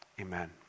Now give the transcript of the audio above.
amen